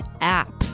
app